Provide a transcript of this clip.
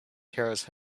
terence